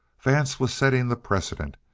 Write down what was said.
vance was setting the precedent,